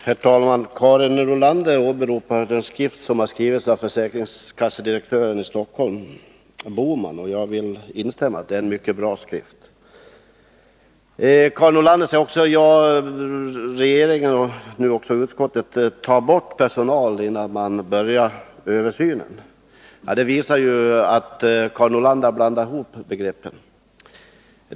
Herr talman! Karin Nordlander åberopar den skrift som har skrivits av försäkringskassedirektören i Stockholm Sven Bohman, och jag vill instämma i att det är en mycket bra skrift. Karin Nordlander säger att regeringen, och nu också utskottet, tar bort personal, innan man börjar översynen. Det visar att Karin Nordlander har blandat ihop begreppen.